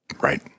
Right